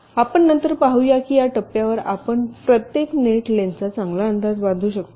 तर आपण नंतर पाहूया की या टप्प्यावर आपण प्रत्येक नेट लेन्थचा चांगला अंदाज बांधू शकतो